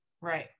Right